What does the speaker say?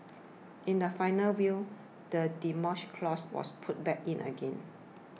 in the final will the Demolition Clause was put back in again